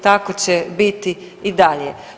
Tako će biti i dalje.